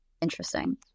Interesting